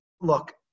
look